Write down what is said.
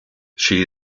she